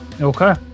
okay